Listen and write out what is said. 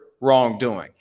wrongdoing